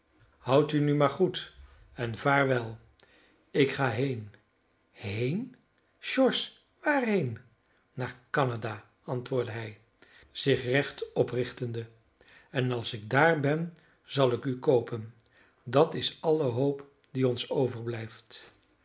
houd u nu maar goed en vaarwel ik ga heen heen george waarheen naar canada antwoordde hij zich recht oprichtende en als ik daar ben zal ik u koopen dat is alle hoop die ons overblijft